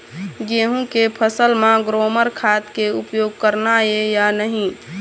गेहूं के फसल म ग्रोमर खाद के उपयोग करना ये या नहीं?